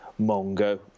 Mongo